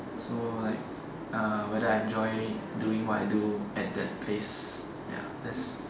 so like uh whether I enjoy doing what I do at that place ya that's